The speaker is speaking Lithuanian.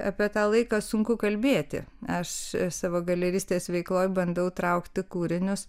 apie tą laiką sunku kalbėti aš savo galeristės veikloj bandau traukti kūrinius